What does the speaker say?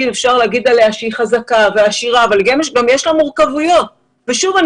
אפשר לומר עליה שהיא חזקה ועשירה אבל יש לה מורכבויות ושוב,